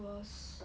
was